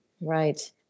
Right